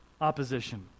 opposition